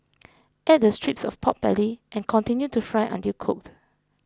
add the strips of pork belly and continue to fry until cooked